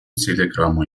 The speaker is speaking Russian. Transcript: телеграмму